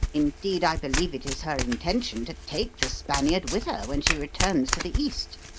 indeed, i believe it is her intention to take the spaniard with her when she returns to the east.